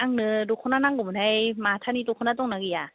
आंनो दख'ना नांगौमोनहाय माथानि दख'ना दंना गैया